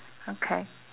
okay